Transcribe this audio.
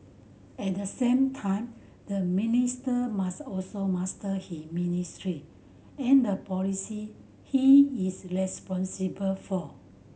at the same time the minister must also master his ministry and the policy he is responsible for